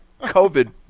COVID